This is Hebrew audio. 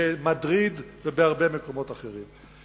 במדריד ובהרבה מקומות אחרים.